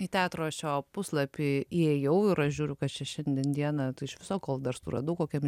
į teatro šio puslapį įėjau ir aš žiūriu kas čia šiandien dieną tai iš viso kol dar suradau kokiame